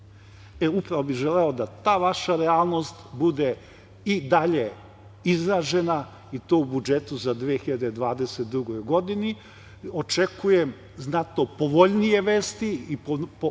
Upravo bih želeo da ta vaša realnost bude i dalje izražena, i to u budžetu za 2022. godinu. Očekujem znatno povoljnije vesti i